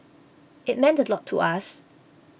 it meant a lot to us